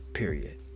period